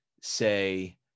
say